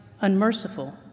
unmerciful